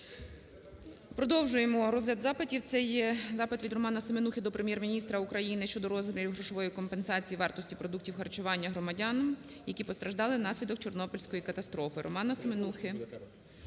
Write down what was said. Продовжуємо розгляд запитів. Це є запит від РоманаСеменухи до Прем'єр-міністра України щодо розмірів грошової компенсації вартості продуктів харчування громадянам, які постраждали внаслідок Чорнобильської катастрофи.